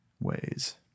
ways